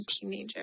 teenager